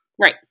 Right